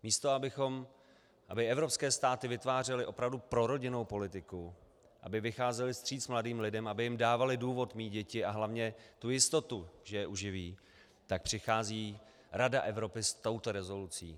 Místo aby evropské státy vytvářely opravdu prorodinnou politiku, aby vycházely vstříc mladým lidem, aby jim dávaly důvod mít děti a hlavně tu jistotu, že je uživí, tak přichází Rada Evropy s touto rezolucí.